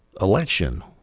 election